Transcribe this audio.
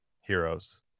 Heroes